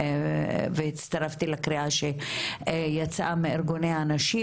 והצטרפתי לקריאה שיצאה מארגוני הנשים